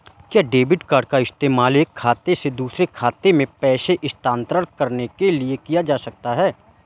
क्या debit card का इस्तेमाल एक खाते से दूसरे खाते में पैसे स्थानांतरण करने के लिए किया जा सकता है?